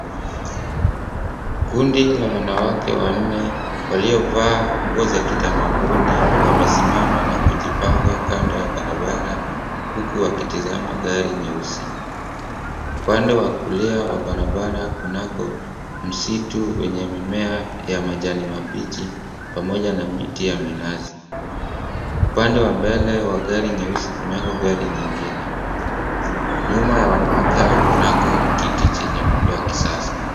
Kundi la wanawake wanne waliovaa nguo za kitamaduni wamesimama na kujipanga kando ya barabara huku wakitazama gari nyeusi. Upande wa kulia wa barabara kunako msitu wenye mimea ya majani mabichi pamoja na miti ya minazi. Upande wa mbele wa gari nyeusi kunako gari nyingine. Nyuma ya wanawake hawa kunako kiti chenye muundo wa kisasa.